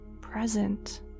present